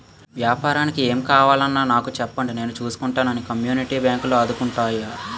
ఏపారానికి ఏం కావాలన్నా నాకు సెప్పండి నేను సూసుకుంటానని కమ్యూనిటీ బాంకులు ఆదుకుంటాయిరా